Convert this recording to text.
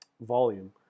volume